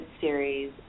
series